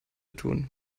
tun